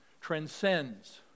transcends